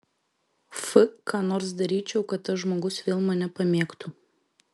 f ką nors daryčiau kad tas žmogus vėl mane pamėgtų